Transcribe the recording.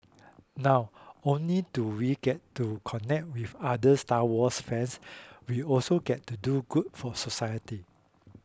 now only do we get to connect with other Star Wars fans we also get to do good for society